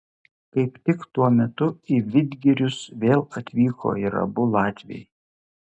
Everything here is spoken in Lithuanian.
kaip tik tuo metu į vidgirius vėl atvyko ir abu latviai